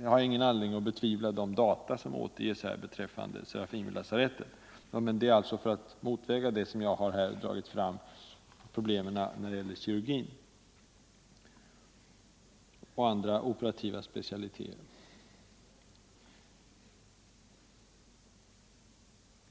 Jag har ingen anledning att betvivla de data som återges beträffande Serafimerlasarettet. Det är bara för att motväga denna obalans som jag har tagit fram problemen beträffande kirurgin och andra operativa specialiteter.